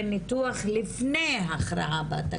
להגיש דוח של ניתוח מגדרי כי אנחנו מכירים את הנתונים,